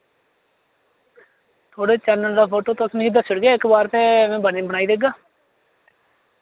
थुआढ़े चैनल दा फोटो तुस मि दस्सी ओड़गे इक बार ते मैं बनी बनाई देगा